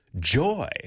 joy